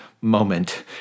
moment